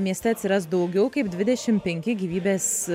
mieste atsiras daugiau kaip dvidešim penki gyvybės